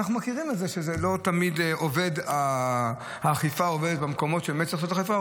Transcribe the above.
אנחנו מכירים את זה שלא תמיד האכיפה עובדת במקומות שבאמת צריך אכיפה,